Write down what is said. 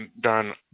done